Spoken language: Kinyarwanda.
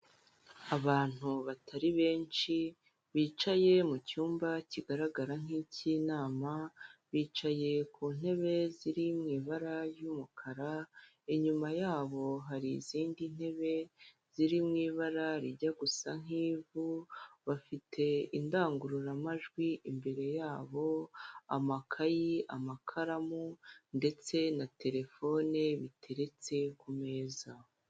Abantu batari benshi bicaye mu cyumba kigaragara nk'iki'inama bicaye ku ntebe ziri mu ibara ry'umukara, inyuma yabo hari izindi ntebe ziri mu ibara rijya gusa nk'ivu bafite indangururamajwi imbere yabo amakayi, amakaramu ndetse na terefone biteretse ku meza.